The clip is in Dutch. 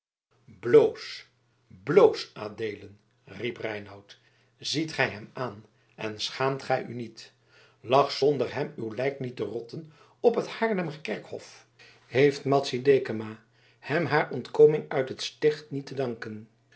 bloos adeelen riep reinout ziet gij hem aan en schaamt gij u niet lag zonder hem uw lijk niet te rotten op het haarlemmer kerkhof heeft madzy dekama hem haar ontkoming uit het sticht niet te danken